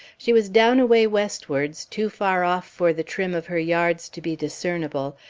she was down away westwards, too far off for the trim of her yards to be discernible,